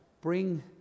bring